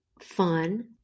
fun